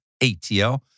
ATL